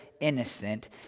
innocent